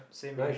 same here